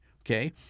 okay